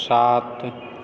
सात